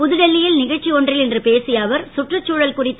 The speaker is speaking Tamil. புதுடெல்லியில் நிகழ்ச்சி ஒன்றில் இன்று பேசிய அவர் கற்றுச்தூழல் குறித்து